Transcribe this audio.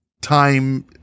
time